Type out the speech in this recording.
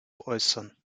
äußern